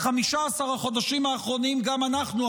ב-15 החודשים האחרונים גם אנחנו,